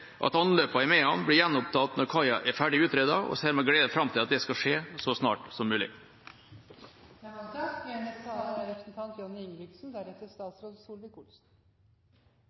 at anløpene i Mehamn blir gjenopptatt når kaia er ferdig utredet og ser med glede fram til at det skal skje så snart som mulig.